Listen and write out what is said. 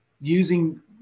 using